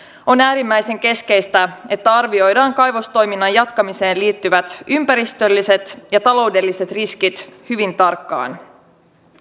on äärimmäisen keskeistä että arvioidaan kaivostoiminnan jatkamiseen liittyvät ympäristölliset ja taloudelliset riskit hyvin tarkkaan